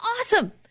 awesome